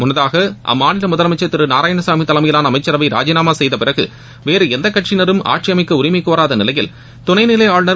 முன்னதாக அம்மாநில முதலமைச்சர் திரு நாராயணசாமி தலைமையிலான அமைச்சரவை ராஜினாமா செய்த பிறகு வேறு எந்த கட்சியினரும் ஆட்சி அமைக்க உரிமை கோராத நிலையில் துணைநிலை ஆளுநர்